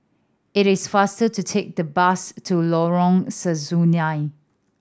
it is faster to take the bus to Lorong Sesuai